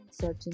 searching